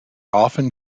often